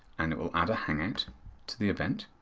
and it will add a hangout to the event.